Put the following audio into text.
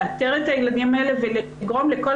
כדי לאתר את הילדים האלה ולגרום לכל